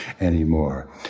anymore